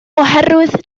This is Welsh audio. oherwydd